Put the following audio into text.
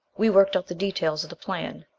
we worked out the details of the plan.